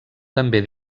també